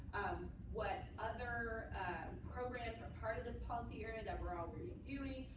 what other programs are part of this policy area that we're already doing?